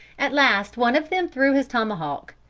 at last one of them threw his tomahawk.